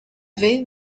vez